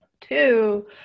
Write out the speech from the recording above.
two